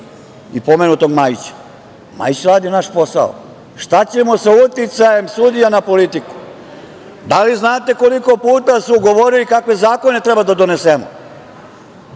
i pomenutog Majića. Majić radi naš posao. Šta ćemo sa uticajem sudija na politiku? Da li znate koliko puta su govorili kakve zakone treba da donesemo?